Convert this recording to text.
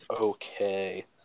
okay